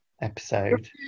episode